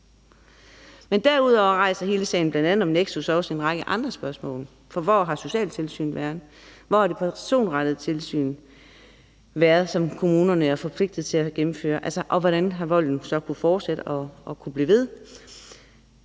Derudover rejser hele sagen om bl.a. Nexus også en række andre spørgsmål, for hvor har socialtilsynet været? Hvor har det personrettede tilsyn, som kommunerne er forpligtet til at gennemføre, været? Og hvordan har volden kunnet fortsætte og blive ved?